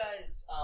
guys